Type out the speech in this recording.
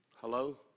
Hello